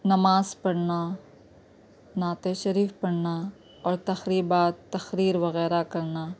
نماز پڑھنا نعت شریف پڑھنا اور تقریبات تقریر وغیرہ کرنا